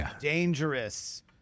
dangerous